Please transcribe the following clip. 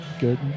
good